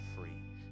free